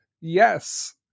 yes